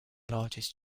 largest